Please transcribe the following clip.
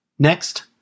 Next